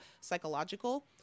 psychological